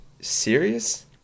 Serious